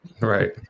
Right